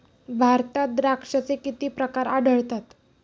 भारतात द्राक्षांचे किती प्रकार आढळतात?